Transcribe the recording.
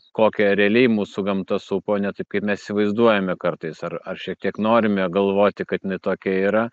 kokia realiai mūsų gamta supo ne taip kaip mes įsivaizduojame kartais ar ar šiek tiek norime galvoti kad jinai tokia yra